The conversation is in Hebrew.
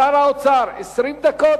שר האוצר, 20 דקות.